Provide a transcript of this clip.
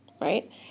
Right